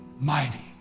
Mighty